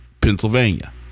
Pennsylvania